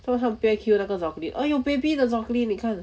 做么他们不要 kill 那个 zombie ah 有 baby 的 zombie 你看